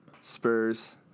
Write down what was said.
Spurs